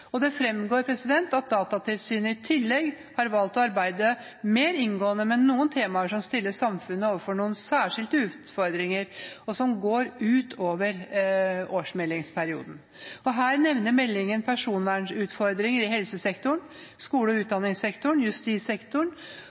Det fremgår at Datatilsynet i tillegg har valgt å arbeide mer inngående med noen temaer som stiller samfunnet overfor noen særskilte utfordringer, og som går utover årsmeldingsperioden. Her nevner meldingen personvernutfordringer i helsesektoren, skole- og utdanningssektoren, justissektoren